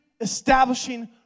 establishing